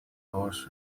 horse